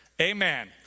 amen